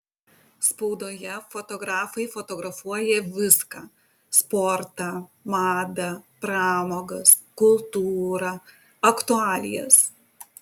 spaudoje fotografai fotografuoja viską sportą madą pramogas kultūrą aktualijas